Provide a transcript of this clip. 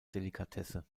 delikatesse